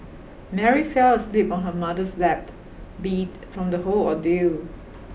Mary fell asleep on her mother's lap beat from the whole ordeal